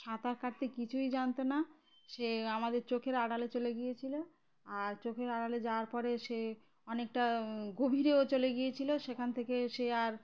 সাঁতার কাটতে কিছুই জানত না সে আমাদের চোখের আড়ালে চলে গিয়েছিল আর চোখের আড়ালে যাওয়ার পরে সে অনেকটা গভীরেও চলে গিয়েছিল সেখান থেকে সে আর